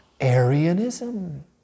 Arianism